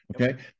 Okay